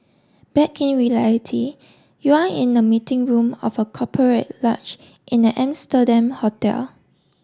back in reality you are in the meeting room of a corporate large in an Amsterdam hotel